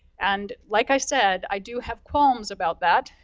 and like i said, i do have qualms about that.